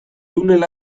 tunel